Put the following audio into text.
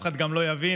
אף אחד גם לא יבין,